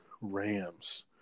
Rams